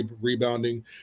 rebounding